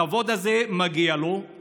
הכבוד הזה מגיע לו.